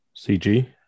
CG